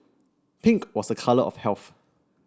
pink was a colour of health